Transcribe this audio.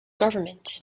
government